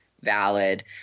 valid